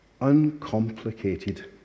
uncomplicated